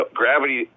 gravity